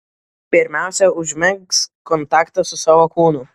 pirmiausia užmegzk kontaktą su savo kūnu